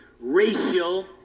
racial